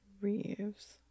Reeves